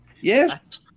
Yes